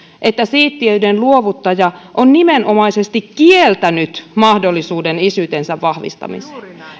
että siittiöiden luovuttaja on nimenomaisesti kieltänyt mahdollisuuden isyytensä vahvistamiseen